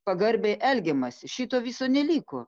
pagarbiai elgiamasi šito viso neliko